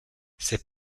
ses